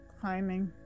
climbing